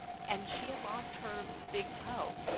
and she had lost her big toe